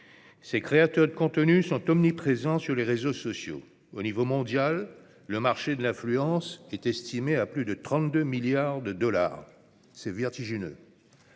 Ces créateurs de contenus sont omniprésents sur les réseaux sociaux. Au niveau mondial, le marché de l'influence est estimé à plus de 32 milliards de dollars. C'est vertigineux